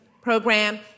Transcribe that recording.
Program